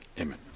Amen